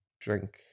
drink